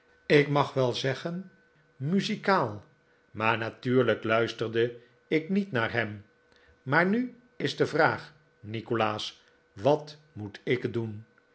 ik mag wel zeggen muzikaal maar natuurlijk luisterde ik niet naar hem maar nu is de vraag nikolaas wat moet ik doen